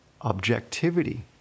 objectivity